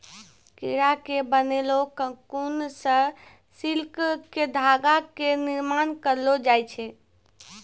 कीड़ा के बनैलो ककून सॅ सिल्क के धागा के निर्माण करलो जाय छै